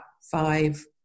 five